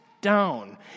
down